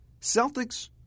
Celtics